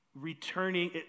returning